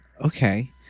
Okay